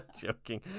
joking